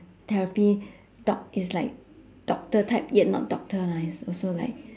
therapy doc~ it's like doctor type yet not doctor lah it's also like